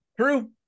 True